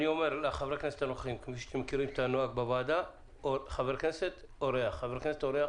נשמע עכשיו אורח.